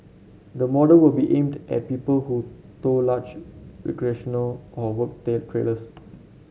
the model will be aimed at people who tow large recreational or work day trailers